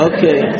Okay